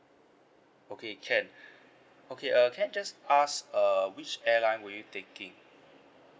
okay can okay uh can I just ask err which airline were you taking